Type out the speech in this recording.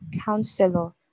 Counselor